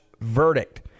verdict